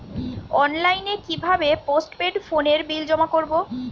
অনলাইনে কি ভাবে পোস্টপেড ফোনের বিল জমা করব?